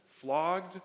flogged